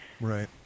Right